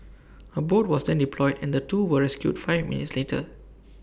A boat was then deployed and the two were rescued five minutes later